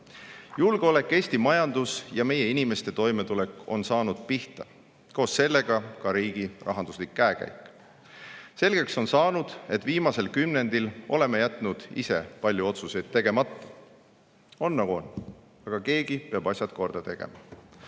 Julgeolek, Eesti majandus ja meie inimeste toimetulek on saanud pihta, koos sellega ka riigi rahanduslik käekäik. Selgeks on saanud, et viimasel kümnendil oleme jätnud ise palju otsuseid tegemata. On nagu on, aga keegi peab asjad korda tegema.